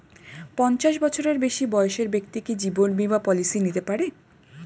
পঞ্চাশ বছরের বেশি বয়সের ব্যক্তি কি জীবন বীমা পলিসি নিতে পারে?